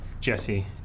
Jesse